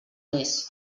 mes